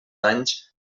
anys